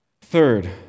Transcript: Third